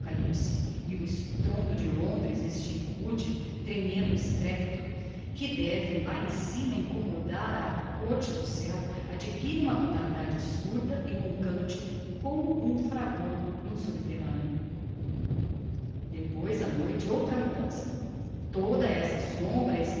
e o estrondo de londres este rude tremendo estrepito que deve lá em cima incommodar a corte do ceu adquire uma tonalidade surda e roncante como um fragor n'um subterraneo depois á noite outra mudança toda esta sombra